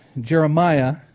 Jeremiah